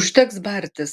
užteks bartis